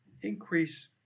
increase